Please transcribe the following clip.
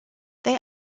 they